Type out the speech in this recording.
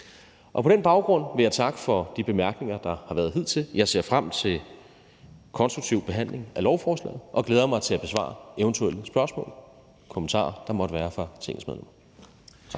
På den baggrund vil jeg takke for de bemærkninger, der har været hidtil. Jeg ser frem til konstruktiv behandling af lovforslaget og glæder mig til at besvare eventuelle spørgsmål og kommentarer, der måtte være fra Tingets medlemmer. Tak.